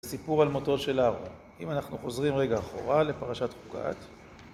סיפור על מותו של אהרון. אם אנחנו חוזרים רגע אחורה, לפרשת חקת.